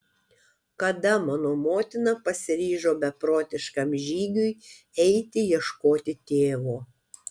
kada mano motina pasiryžo beprotiškam žygiui eiti ieškoti tėvo